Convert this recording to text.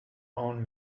own